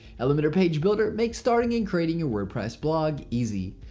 elementor page builder makes starting and creating your wordpress blog easy.